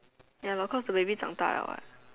ya lor cause the baby 长大了 what